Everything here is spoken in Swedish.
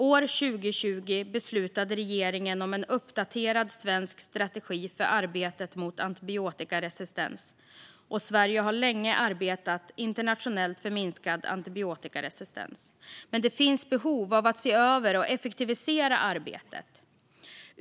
År 2020 beslutade regeringen om en uppdaterad svensk strategi för arbetet mot antibiotikaresistens, och Sverige har länge arbetat internationellt för minskad antibiotikaresistens. Men det finns behov av att se över och effektivisera arbetet.